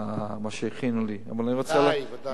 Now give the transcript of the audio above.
מה שהכינו לי, ודאי, ודאי.